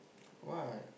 what